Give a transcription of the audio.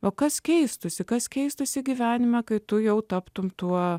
o kas keistųsi kas keistųsi gyvenime kai tu jau taptumei tuo